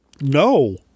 no